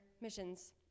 missions